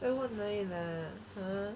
做么哪里拿 !huh!